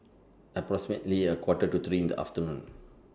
approximately A Quarter to three in The afternoon